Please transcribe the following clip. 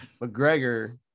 McGregor